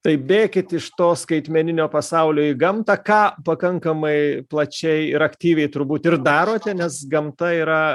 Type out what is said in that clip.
tai bėkit iš to skaitmeninio pasaulio į gamtą ką pakankamai plačiai ir aktyviai turbūt ir darote nes gamta yra